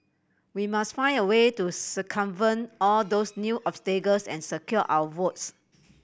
we must find a way to circumvent all those new obstacles and secure our votes